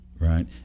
Right